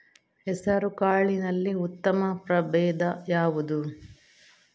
ಹೆಸರುಕಾಳಿನಲ್ಲಿ ಉತ್ತಮ ಪ್ರಭೇಧ ಯಾವುದು?